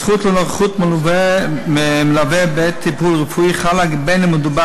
הזכות לנוכחות מלווה בעת טיפול רפואי חלה בין שמדובר